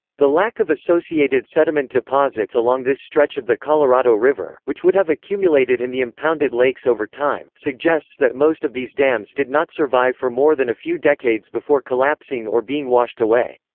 the lack of associated sediment deposits along this stretch of the colorado river, which would have accumulated in the impounded lakes over time, suggests that most of these dams did not survive for more than a few decades before collapsing or being washed away.